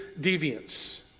deviance